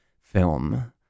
film